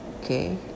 Okay